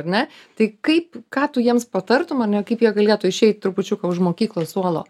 ar ne tai kaip ką tu jiems patartum ane kaip jie galėtų išeit trupučiuką už mokyklos suolo